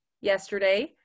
yesterday